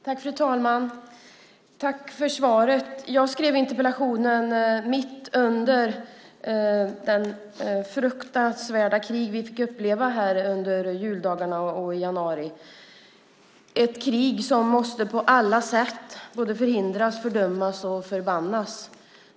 Fru talman! Tack för svaret! Jag skrev interpellationen mitt under det fruktansvärda krig vi fick uppleva under juldagarna och i januari, ett krig som på alla sätt måste förhindras, fördömas och förbannas.